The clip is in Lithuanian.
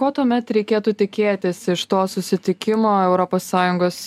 ko tuomet reikėtų tikėtis iš to susitikimo europos sąjungos